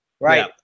Right